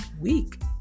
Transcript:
week